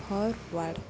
forward